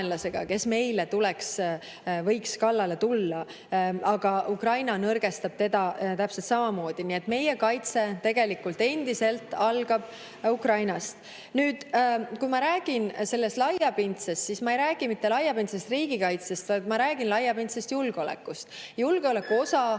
kes meile võiks kallale tulla. Ukraina nõrgestab teda täpselt samamoodi, nii et meie kaitse endiselt algab Ukrainast. Nüüd, kui ma räägin laiapindsest [plaanist], siis ma ei räägi mitte laiapindsest riigikaitsest, vaid ma räägin laiapindsest julgeolekust. Julgeoleku